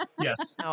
Yes